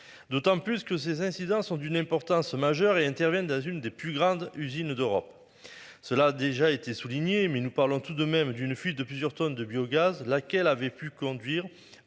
d'autant plus que ces incidents sont d'une importance majeure et interviennent dans une des plus grandes usines d'Europe. Cela a déjà été souligné mais nous parlons tout de même d'une fuite de plusieurs tonnes de biogaz, laquelle avait pu conduire